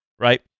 right